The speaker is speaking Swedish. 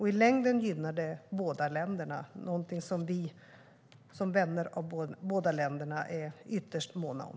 I längden gynnar det båda länderna, och det är något som vi, som vänner av båda länderna, är ytterst måna om.